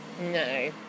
No